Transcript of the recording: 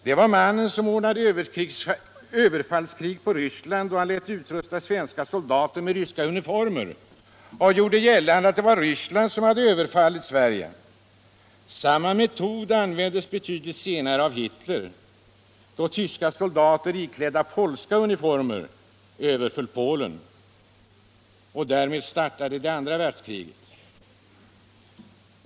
Det var mannen som ordnade överfallskrig mot Ryssland, då han lät utrusta svenska soldater med ryska uniformer och gjorde gällande att det var Ryssland som hade överfallit Sverige. Samma metod användes betydligt senare av Hitler, då tyska soldater iklädda polska uniformer överföll Polen och därmed startade det andra världskriget.